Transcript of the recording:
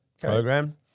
program